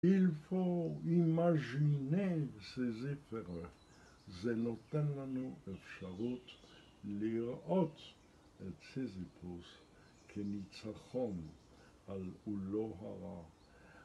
il peut imaginer Sisyphe זה נותן לנו אפשרות לראות את סזיפוס כניצחון על עולו הרע.